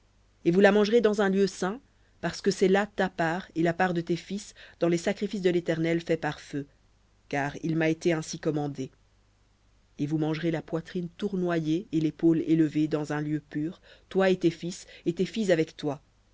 et vous la mangerez dans un lieu saint parce que c'est là ta part et la part de tes fils dans les sacrifices de l'éternel faits par feu car il m'a été ainsi commandé et vous mangerez la poitrine tournoyée et l'épaule élevée dans un lieu pur toi et tes fils et tes filles avec toi